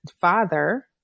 father